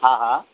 हा हा